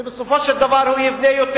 ובסופו של דבר הוא יבנה יותר,